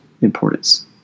importance